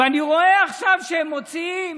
ואני רואה עכשיו שהם מוציאים,